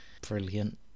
brilliant